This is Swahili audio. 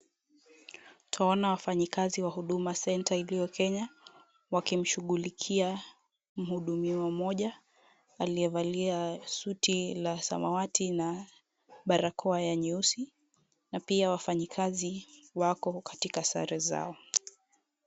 Twaona wafanyikazi wa Huduma Centre iliyo Kenya wakimshughulikia mhudumiwa mmoja aliyevalia suti ya samawati na barakoa ya nyeusi na pia wafanyikazi wako katika sare zao.